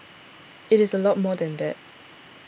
it is a lot more than that